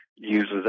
uses